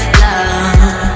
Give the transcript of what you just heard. love